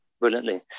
brilliantly